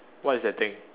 what is that thing